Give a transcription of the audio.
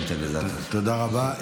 תודה רבה.